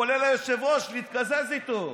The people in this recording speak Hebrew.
כולל היושב-ראש, להתקזז איתו.